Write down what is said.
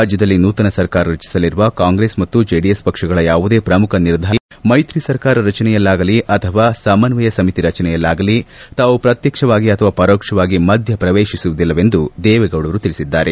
ರಾಜ್ಞದಲ್ಲಿ ನೂತನ ಸರ್ಕಾರ ರಚಿಸಲಿರುವ ಕಾಂಗ್ರೆಸ್ ಮತ್ತು ಜೆಡಿಎಸ್ ಪಕ್ಷಗಳ ಯಾವುದೇ ಪ್ರಮುಖ ನಿರ್ಧಾರದಲ್ಲಾಗಲಿ ಮೈತ್ರಿ ಸರ್ಕಾರ ರಚನೆಯಲ್ಲಾಗಲಿ ಅಥವಾ ಸಮಸ್ವಯ ಸಮಿತಿ ರಚನೆಯಲ್ಲಾಗಲಿ ತಾವು ಶ್ರತ್ವಕ್ಷವಾಗಿ ಅಥವಾ ಪರೋಕ್ಷವಾಗಿ ಮಧ್ಯಪ್ರವೇತಿಸುವುದಿಲ್ಲವೆಂದು ದೇವೇಗೌಡರು ತಿಳಿಸಿದ್ದಾರೆ